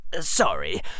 Sorry